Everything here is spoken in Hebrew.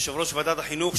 יושב-ראש ועדת החינוך,